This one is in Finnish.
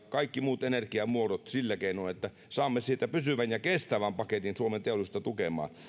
kaikki muut energiamuodot sillä keinoin että saamme niistä pysyvän ja kestävän paketin suomen teollisuutta tukemaan